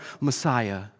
Messiah